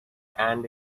and